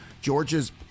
Georgia's